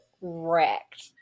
wrecked